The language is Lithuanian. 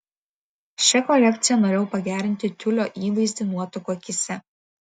šia kolekcija norėjau pagerinti tiulio įvaizdį nuotakų akyse